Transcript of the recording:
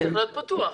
מתקדמת,